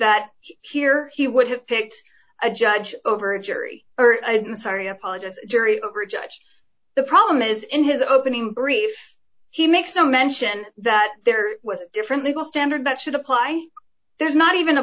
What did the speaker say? that here he would have picked a judge over a jury or i didn't sorry apologise jury over judge the problem is in his opening brief he makes no mention that there was a different legal standard that should apply there's not